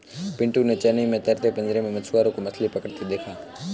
पिंटू ने चेन्नई में तैरते पिंजरे में मछुआरों को मछली पकड़ते देखा